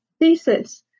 thesis